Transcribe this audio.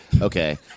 Okay